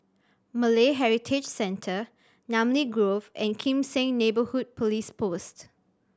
Malay Heritage Centre Namly Grove and Kim Seng Neighbourhood Police Post